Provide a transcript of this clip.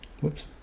whoops